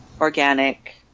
organic